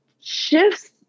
shifts